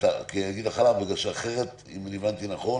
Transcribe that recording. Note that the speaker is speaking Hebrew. אגיד לך למה, אם הבנתי נכון